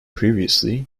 previously